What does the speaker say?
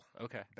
Okay